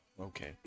okay